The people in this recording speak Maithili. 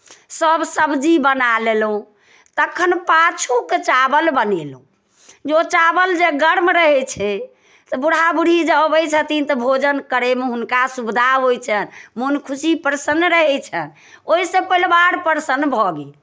सब सब्जी बना लेलहुँ तखन पाछूके चावल बनेलहुँ जँ चावल जे गर्म रहै छै तऽ बुढ़ा बुढ़ी जे अबै छथिन तऽ भोजन करयमे हुनका सुविधा होइ छनि मोन खुशी प्रसन्न रहै छनि ओहिसँ परिवार प्रसन्न भऽ गेल